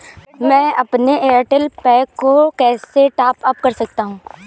मैं अपने एयरटेल पैक को कैसे टॉप अप कर सकता हूँ?